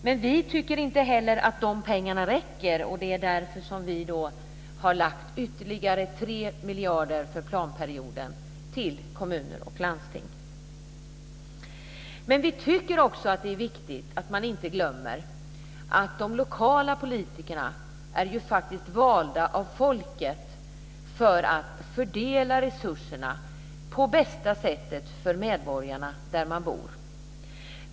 Men vi tycker inte att de pengarna räcker, och det är därför som vi har lagt ytterligare Vi tycker också att det är viktigt att man inte glömmer att de lokala politikerna är valda av folket för att fördela resurserna på bästa sätt för medborgarna där de bor.